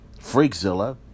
Freakzilla